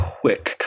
quick